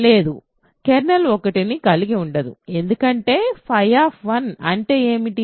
లేదు కెర్నల్ 1ని కలిగి ఉండదు ఎందుకంటే అంటే ఏమిటి